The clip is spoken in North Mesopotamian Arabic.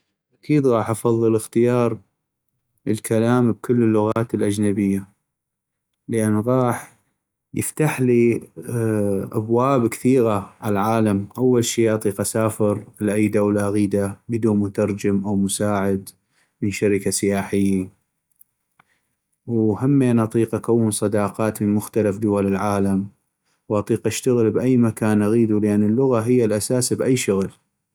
اكيد غاح افضل اختار الكلام بكل اللغات الاجنبية ، لان غاح يفتحلي ااااا ابواب كثيغا عالعالم ، اول شي اطيق اسافر لأي دولة اغيدا بدونا مترجم او مساعد من شركة سياحي ، وهمين اطيق اكون صداقات من مختلف دول العالم ، واطيق اشتغل باي مكان اغيدو لأن اللغة هي الأساس باي شغل.